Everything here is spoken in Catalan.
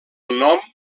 nom